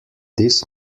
this